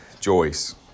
Joyce